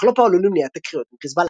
אך לא פעלו למניעת תקריות עם חזבאללה.